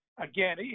again